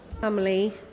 Family